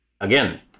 Again